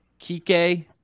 Kike